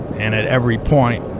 and at every point,